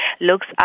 looks